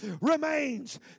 remains